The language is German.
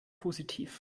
positiv